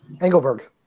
Engelberg